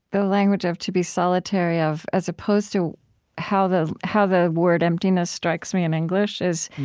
the language of to be solitary of, as opposed to how the how the word emptiness strikes me in english is